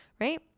right